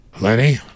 Lenny